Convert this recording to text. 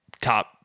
top